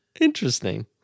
Interesting